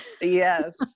Yes